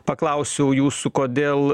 paklausiau jūsų kodėl